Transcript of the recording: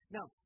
Now